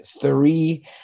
three